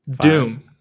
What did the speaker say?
Doom